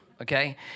Okay